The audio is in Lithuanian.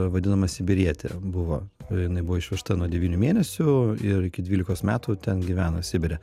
vadinama sibirietė buvo jinai buvo išvežta nuo devynių mėnesių ir iki dvylikos metų ten gyveno sibire